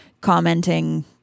commenting